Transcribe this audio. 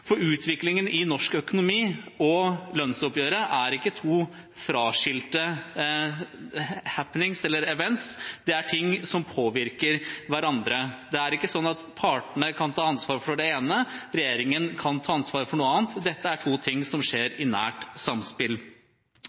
For utviklingen i norsk økonomi og lønnsoppgjøret er ikke to adskilte happeninger eller «events». Det er ting som påvirker hverandre. Det er ikke sånn at partene kan ta ansvaret for det ene, og regjeringen kan ta ansvaret for noe annet. Dette er to ting som skjer i nært samspill.